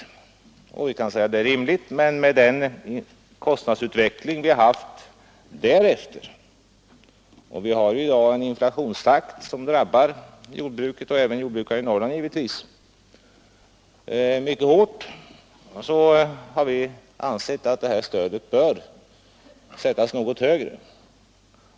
Det kan i och för sig anses rimligt, men med den kostnadsutveckling som vi haft — vi har ju i dag en inflationstakt som drabbar jordbruket och inte minst jordbrukarna i Norrland mycket hårt — har vi ansett att stödet bör sättas något högre.